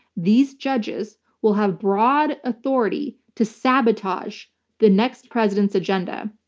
these judges will have broad authority to sabotage the next president's agenda.